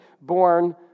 born